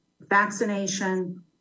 vaccination